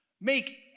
Make